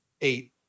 eight